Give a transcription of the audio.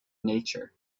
nature